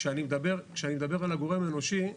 כשאני מדבר על הגורם האנושי,